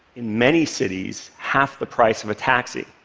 in many cities, half the price of a taxi.